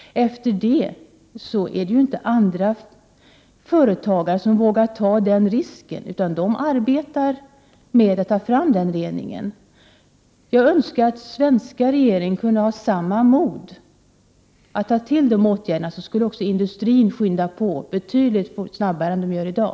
Efter denna händelse vågar inte andra företag ta denna risk utan inför rening. Jag skulle önska att den svenska regeringen hade samma mod att vidta åtgärder. Då skulle också industrin skynda på betydligt snabbare än i dag.